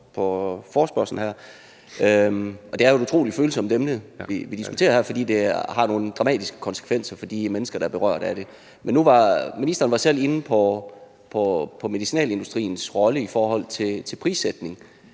på forespørgslen. Det er jo et utrolig følsomt emne, vi diskuterer her, fordi det har nogle dramatiske konsekvenser for de mennesker, der er berørt af det. Ministeren var selv inde på medicinalindustriens rolle i forhold til prissætning.